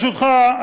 ברשותך,